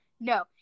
no